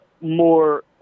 more